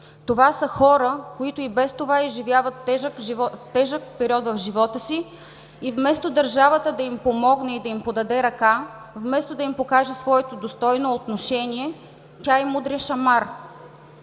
Това са хора, които и без това изживяват тежък период в живота си, и вместо държавата да им помогне и да им подаде ръка, вместо да им покаже своето достойно отношение, тя им удря шамар.